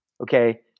Okay